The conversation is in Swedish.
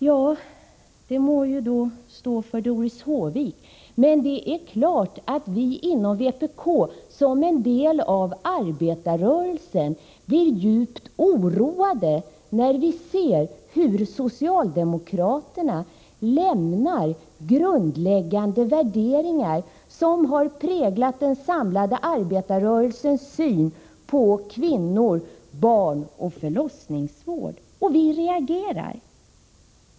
Ja, det får stå för Doris Håvik, men det är klart att vi inom vpk som en del av arbetarrörelsen blir djupt oroade, när vi ser hur socialdemokraterna lämnar grundläggande värderingar som har präglat den samlade arbetarrörelsens syn på kvinnor, barn och förlossningsvård. Och vi reagerar.